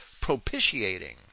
propitiating